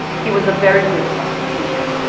he was a very good public speaker,